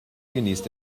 genießt